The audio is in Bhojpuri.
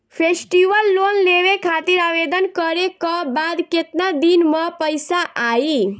फेस्टीवल लोन लेवे खातिर आवेदन करे क बाद केतना दिन म पइसा आई?